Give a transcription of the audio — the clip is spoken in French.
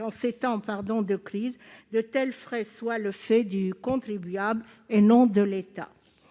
en ces temps de crise, de tels frais doivent être assumés par le contribuable, et non par l'État ?